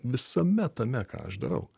visame tame ką aš darau